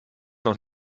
noch